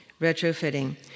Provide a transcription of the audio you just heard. Retrofitting